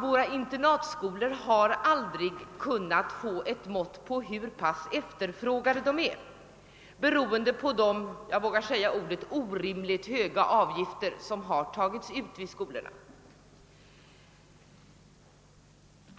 Våra internatskolor har aldrig kunnat få ett mått på hur pass efterfrågade de är, beroende på de orimligt höga avgifter som tagits ut vid skolorna.